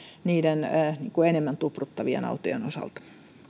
niiden enemmän tupruttavien autojen osalta